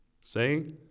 Say